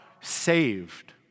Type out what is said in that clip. saved